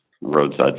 roadside